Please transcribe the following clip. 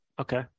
Okay